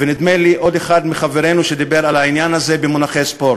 ונדמה לי עוד אחד מחברינו שדיבר על העניין הזה במונחי ספורט.